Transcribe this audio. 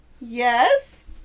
Yes